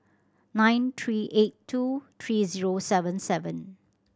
nine three eight two three zero seven seven